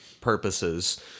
purposes